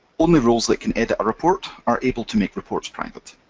only roles that can edit a report are able to make reports private.